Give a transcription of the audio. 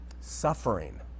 suffering